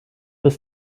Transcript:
bis